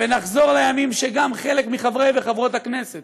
ונחזור לימים שגם חלק מחברות וחברי הכנסת